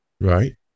Right